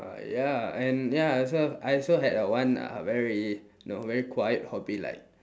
uh ya and ya I also I also had a one uh very you know very quiet hobby like